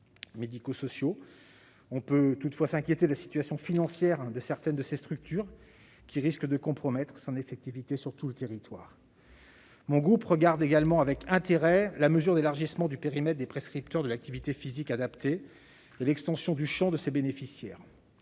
On peut toutefois s'inquiéter de la situation financière de certaines de ces structures, qui risque de compromettre son effectivité sur tout le territoire. Mon groupe regarde également avec intérêt la mesure d'élargissement du périmètre des prescripteurs de l'activité physique adaptée et l'extension du champ de ses bénéficiaires.